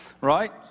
right